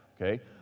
Okay